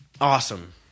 Awesome